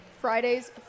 Friday's